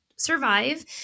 survive